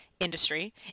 industry